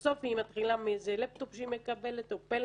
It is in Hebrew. בסוף היא מתחילה מאיזה לפטופ שהיא מקבלת או פלאפון.